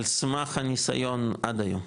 על סמך הניסיון עד היום.